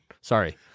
Sorry